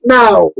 now